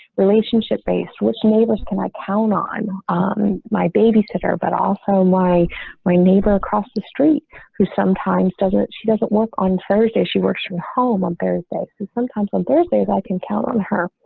relationship based which neighbors. can i count on um my babysitter, babysitter, but also my my neighbor across the street who sometimes doesn't she doesn't work on thursday. she works from home on thursday, so sometimes on thursdays. i can count on her.